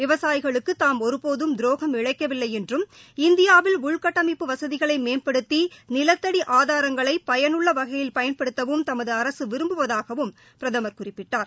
விவசாயிகளுக்குதாம் ஒருபோதும் துரோகம் இழைக்கவில்லைஎன்றும் இந்தியாவில் உள்கட்டமைப்பு வசதிகளைமேம்படுத்தி நிலத்தடி ஆதாரங்களைபயனுள்ளவகையில் பயன்படுத்தவும் தமதுஅரசுவிரும்புவதாகபிரதமர் குறிப்பிட்டார்